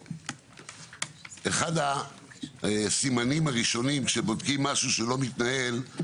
אחד הסימנים הראשונים שבודקים במשהו שלא מתנהל הוא